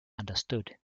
understood